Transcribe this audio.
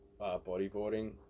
bodyboarding